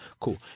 Cool